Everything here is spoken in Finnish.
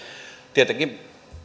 tietenkin